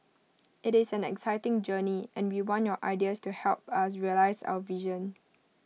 IT is an exciting journey and we want your ideas to help us realise our vision